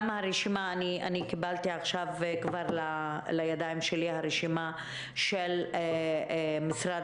אני קיבלתי עכשיו לידיי את הרשימה של משרד